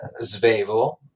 Zvevo